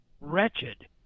Wretched